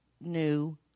New